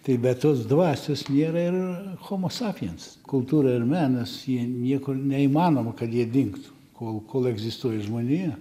tai be tos dvasios nėra ir chomo sapiens kultūra ir menas jie niekur neįmanoma kad jie dingtų kol kol egzistuoja žmonija